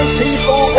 people